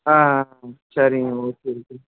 ஆ ஆ சரிங்க okay okay